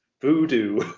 voodoo